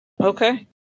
Okay